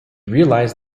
realized